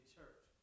church